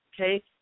okay